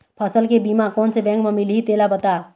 फसल के बीमा कोन से बैंक म मिलही तेला बता?